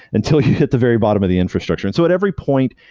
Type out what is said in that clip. until you hit the very bottom of the infrastructure and so at every point,